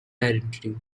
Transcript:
identity